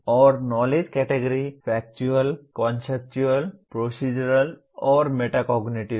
और knowledge category factual conceptual procedural और metacognitive हैं